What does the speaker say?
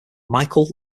michael